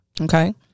Okay